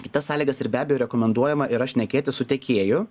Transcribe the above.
kitas sąlygas ir be abejo rekomenduojama yra šnekėtis su tiekėju